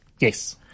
Yes